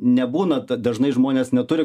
nebūna ta dažnai žmonės neturi